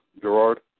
Gerard